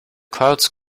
clouds